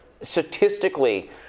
statistically